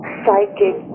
psychic